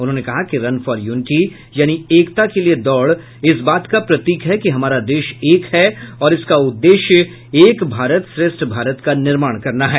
उन्होंने कहा कि रन फॉर यूनिटी यानी एकता के लिए दौड़ इस बात का प्रतीक है कि हमारा देश एक है और इसका उद्देश्य एक भारत श्रेष्ठ भारत का निर्माण करना है